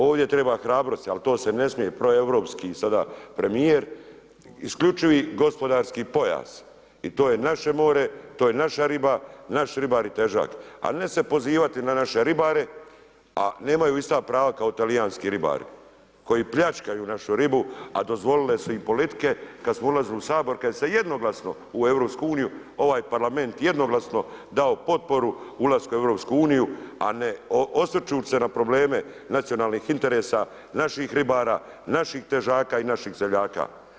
Ovdje treba hrabrosti, ali to se ne smije, pro europski sada premijer, isključivi gospodarski pojas i to je naše more, naša riba, naši ribari i težak, a ne se pozivati na naše ribare, a nemaju ista prava kao talijanski ribari koji pljačkaju našu ribu, a dozvolile su i politike kad smo ulazili u Sabor, kad se jednoglasno u EU ovaj parlament, jednoglasnu dao potporu ulaska u EU, a ne, osvećujući se na probleme nacionalnih interesa naših ribara, naših težaka i naših seljaka.